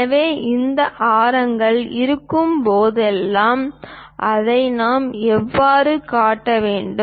எனவே இந்த ஆரங்கள் இருக்கும் போதெல்லாம் அதை நாம் அவ்வாறு காட்ட வேண்டும்